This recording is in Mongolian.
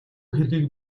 хэргийг